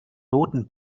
roten